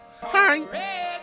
Hi